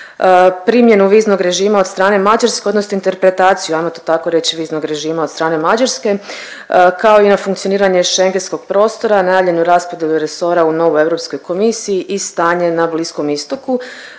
primjenu viznog režima od strane Mađarske odnosno interpretaciju ajmo to tako reći viznog režima od strane Mađarske kao i na funkcioniranje šengenskog prostora, najavljenu … resora u novoj Europskoj komisiji i stanje na Bliskom Istoku.